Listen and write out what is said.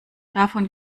davon